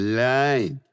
line